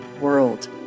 world